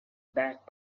back